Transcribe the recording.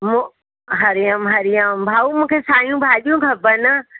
मु हरि ओम हरि ओम भाऊ मूंखे सायूं भाॼियूं खपनि